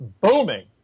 booming